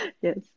Yes